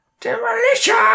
demolition